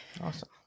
Awesome